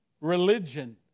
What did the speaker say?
religion